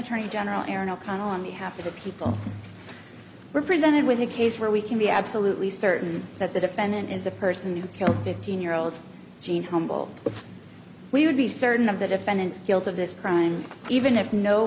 attorney general aaron o'connell on behalf of the people were presented with a case where we can be absolutely certain that the defendant is a person who killed fifteen year old jean humble but we would be certain of the defendant's guilt of this crime even if no